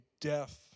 death